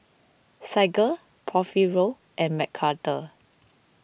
Saige Porfirio and Mcarthur